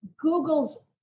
Google's